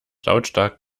lautstark